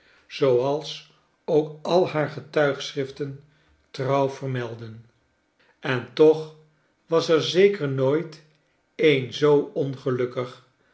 zooals ook al haar getuigschriften trouw vermeldden en toch was er zeker nooit een zoo ongelukkig